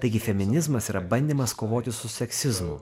taigi feminizmas yra bandymas kovoti su seksizmu